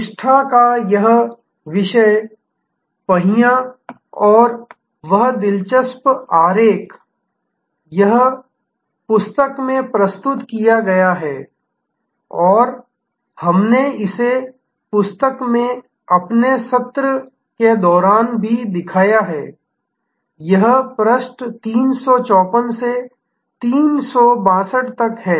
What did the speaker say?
निष्ठा का यह विषय पहिया और वह दिलचस्प आरेख यह पुस्तक में प्रस्तुत किया गया है और हमने इसे पुस्तक में अपने सत्र के दौरान भी दिखाया है यह पृष्ठ 354 से 362 तक है